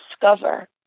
discover